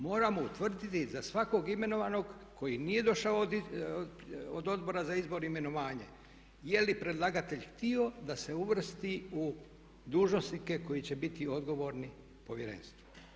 Moramo utvrditi za svakog imenovanog koji nije došao od Odbora za izbor i imenovanje je li predlagatelj htio da se uvrsti u dužnosnike koji će biti odgovorni Povjerenstvu.